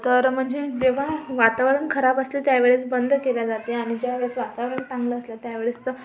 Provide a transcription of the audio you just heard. तर म्हणजे जेव्हा वातावरण खराब असते त्या वेळेस बंद केल्या जाते आणि ज्या वेळेस वातावरण चांगलं असलं त्या वेळेस त